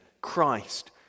Christ